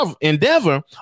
endeavor